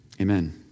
amen